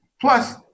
Plus